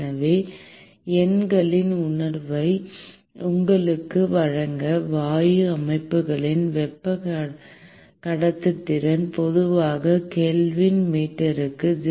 எனவே எண்களின் உணர்வை உங்களுக்கு வழங்க வாயு அமைப்புகளின் வெப்ப கடத்துத்திறன் பொதுவாக கெல்வின் மீட்டருக்கு 0